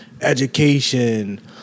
Education